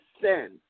sin